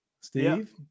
Steve